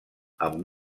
amb